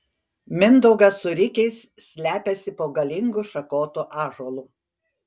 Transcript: mindaugas su rikiais slepiasi po galingu šakotu ąžuolu